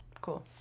Cool